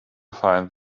find